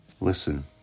Listen